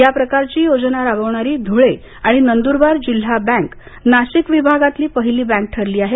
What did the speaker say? या प्रकारची योजना राबवणारी धुळे आणि नंद्रबार जिल्हा बँक नाशिक विभागातली पहिली बँक ठरली आहे